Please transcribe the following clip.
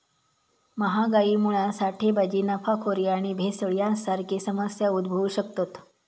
महागाईमुळा साठेबाजी, नफाखोरी आणि भेसळ यांसारखे समस्या उद्भवु शकतत